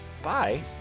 Bye